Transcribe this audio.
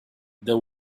there